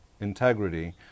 integrity